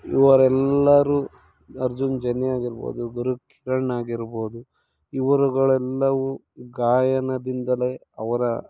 ಇವರೆಲ್ಲರೂ ಅರ್ಜುನ್ ಜನ್ಯ ಆಗಿರ್ಬೋದು ಗುರುಕಿರಣ್ ಆಗಿರ್ಬೋದು ಇವರುಗಳೆಲ್ಲವೂ ಗಾಯನದಿಂದಲೇ ಅವರ